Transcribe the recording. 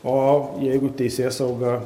o jeigu teisėsauga